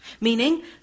Meaning